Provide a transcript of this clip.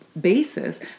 basis